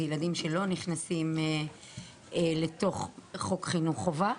לילדים שלא נכנסים לתוך חוק חינוך חובה.